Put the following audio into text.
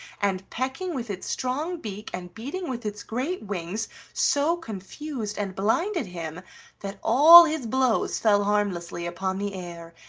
and, pecking with its strong beak and beating with its great wings so confused and blinded him that all his blows fell harmlessly upon the air,